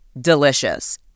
delicious